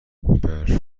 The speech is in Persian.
برف